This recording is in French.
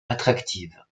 attractive